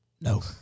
No